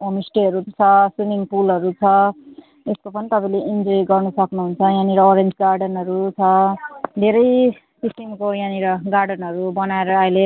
होमस्टेहरू पनि छ स्विमिङ पुलहरू छ यसको पनि तपाईँले इन्जोय गर्नु सक्नुहुन्छ यहाँनिर ओरेन्ज गार्डनहरू छ धेरै सिक्किमको यहाँनिर गार्डनहरू बनाएर अहिले